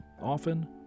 often